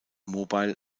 mobile